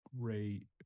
great